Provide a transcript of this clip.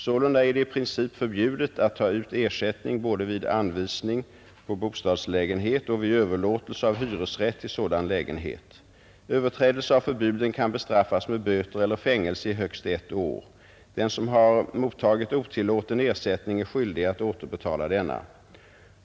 Sålunda är det i princip förbjudet att ta ut ersättning både vid anvisning på bostadslägenhet och vid överlåtelse av hyresrätt till sådan lägenhet. Överträdelse av förbuden kan bestraffas med böter eller fängelse i högst ett år. Den som har mottagit otillåten ersättning är skyldig att återbetala denna.